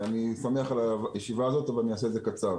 אני שמח על הישיבה הזאת אך אעשה זאת קצר.